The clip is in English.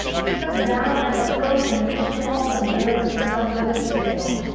he looked down in that frozen fishing hole, and there was the stump of his tail.